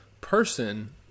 person